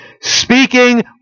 Speaking